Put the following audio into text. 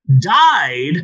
died